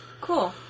cool